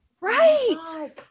Right